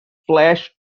flash